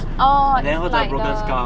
oh it's like the